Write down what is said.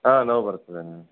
ಹಾಂ ನೋವು ಬರ್ತದೆ ಮೇಡಮ್